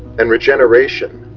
and regeneration.